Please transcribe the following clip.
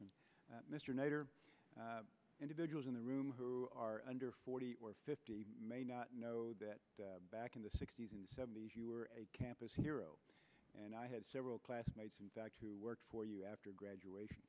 grossman mr nader individuals in the room who are under forty or fifty may not know that back in the sixty's and seventy's you were a campus hero and i had several classmates in fact who work for you after graduation